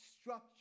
structure